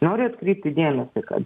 noriu atkreipti dėmesį kad